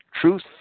Truth